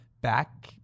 Back